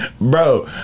bro